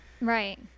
Right